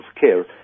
care